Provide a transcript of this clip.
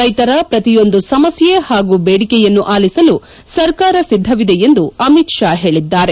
ರೈತರ ಪ್ರತಿಯೊಂದು ಸಮಸ್ಥೆ ಹಾಗೂ ಬೇಡಿಕೆಯನ್ನು ಆಲಿಸಲು ಸರ್ಕಾರ ಸಿದ್ದವಿದೆ ಎಂದು ಅಮಿತ್ ಶಾ ಹೇಳಿದ್ದಾರೆ